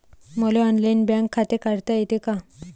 मले online bank खाते काढता येते का?